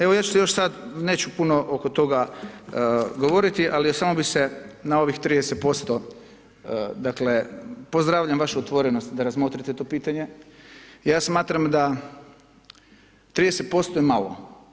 Evo ja ću se još sad, neću puno oko toga govoriti, ali još samo bi se na ovih 30%, dakle pozdravljam vašu otvorenost da razmotrite to pitanje, ja smatram da 30% je malo.